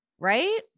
right